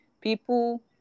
People